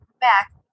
Back